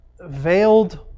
veiled